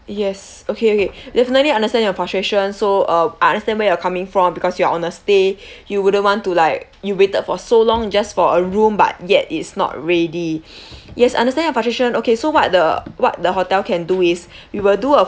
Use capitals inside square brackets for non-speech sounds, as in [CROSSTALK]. yes okay okay definitely understand your frustration so uh I understand where you're coming from because you're on a stay you wouldn't want to like you waited for so long just for a room but yet it's not ready [BREATH] yes understand your frustration okay so what the what the hotel can do is we will do a